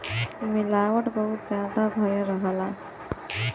मिलावट बहुत जादा भयल रहला